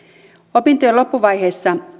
opintojen loppuvaiheessa